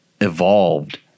Evolved